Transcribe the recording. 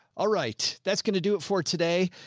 all right, that's going to do it for today.